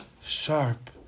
sharp